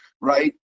right